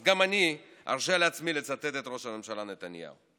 אז גם אני ארשה לעצמי לצטט את ראש הממשלה נתניהו: